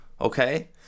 okay